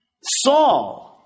Saul